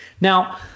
Now